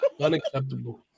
Unacceptable